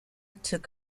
took